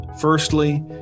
Firstly